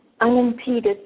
unimpeded